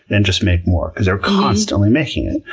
and just make more because they're constantly making it.